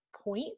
point